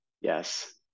yes